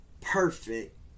perfect